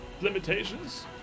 limitations